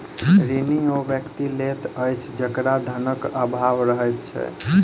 ऋण ओ व्यक्ति लैत अछि जकरा धनक आभाव रहैत छै